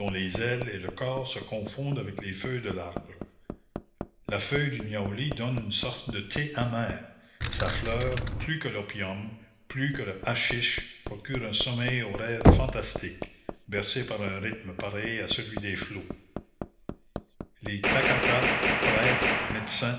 les ailes et le corps se confondent avec les feuilles de l'arbre la feuille du niaouli donne une sorte de thé amer sa fleur plus que l'opium plus que le haschisch procure un sommeil aux rêves fantastiques bercés par un rythme pareil à celui des flots les takatas prêtres médecins